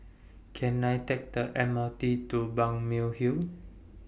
Can I Take The M R T to Balmeg Hill